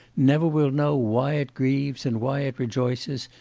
never will know why it grieves and why it rejoices,